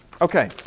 Okay